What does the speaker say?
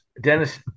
Dennis